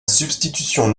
substitution